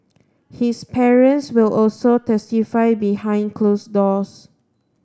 his parents will also testify behind close doors